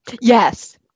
Yes